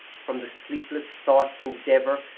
from the sleepless thoughts' endeavor,